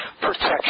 protection